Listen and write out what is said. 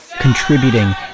contributing